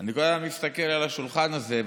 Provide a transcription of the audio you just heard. אני כל הזמן מסתכל על השולחן הזה,